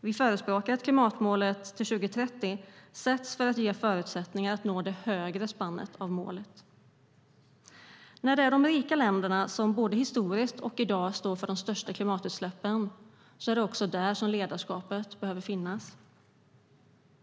Vi förespråkar att klimatmålet till 2030 sätts för att ge förutsättningar att nå det högre spannet av målet. När det är de rika länderna som både historiskt och i dag står för de största klimatutsläppen är det också där ledarskapet behöver finnas.